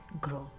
growth